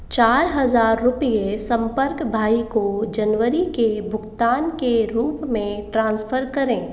चार हज़ार रुपये संपर्क भाई को जनवरी के भुगतान के रूप में ट्रांसफर करें